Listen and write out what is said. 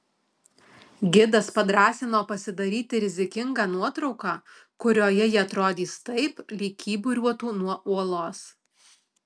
gidas padrąsino pasidaryti rizikingą nuotrauką kurioje ji atrodys taip lyg kyburiuotų nuo uolos